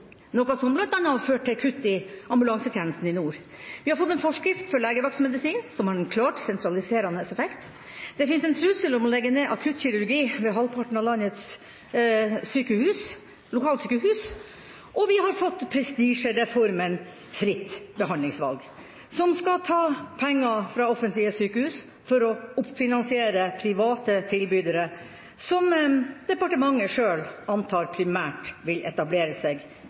noe som bl.a. har ført til kutt i ambulansetjenesten i nord. Vi har fått en forskrift for legevaktsmedisin, som har en klart sentraliserende effekt. Det finnes en trussel om å legge ned akuttkirurgi ved halvparten av landets lokalsykehus, og vi har fått prestisjereformen Fritt behandlingsvalg, som skal ta penger fra offentlige sykehus for å finansiere private tilbydere som departementet sjøl antar primært vil etablere seg